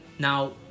Now